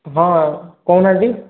ହଁ କହୁନାହାନ୍ତି